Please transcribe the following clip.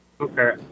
Okay